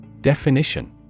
Definition